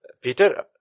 Peter